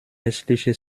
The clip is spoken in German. rechtliche